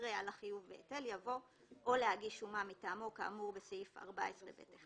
אחרי "על החיוב בהיטל" יבוא "או להגיש שומה מטעמו בסעיף 14(ב)(1).